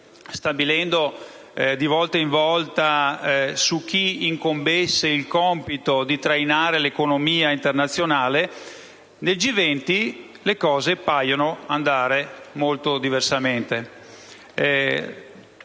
stabilendo di volta in volta su chi incombesse il compito di trainare l'economia internazionale, nel G20 le cose paiono andare molto diversamente.